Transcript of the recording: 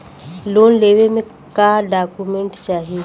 Loan लेवे मे का डॉक्यूमेंट चाही?